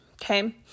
Okay